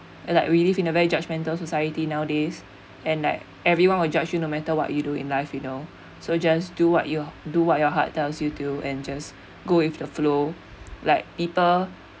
and like we live in a very judgmental society nowadays and like everyone will judge you no matter what you do in life you know so just do what you do what your heart tells you to and just go with the flow like people